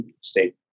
State